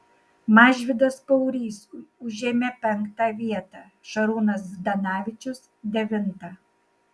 mažvydas paurys užėmė penktą vietą šarūnas zdanavičius devintą